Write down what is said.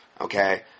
Okay